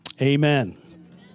Amen